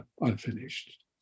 unfinished